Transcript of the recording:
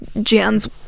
Jan's